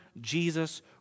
Jesus